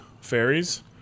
fairies